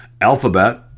Alphabet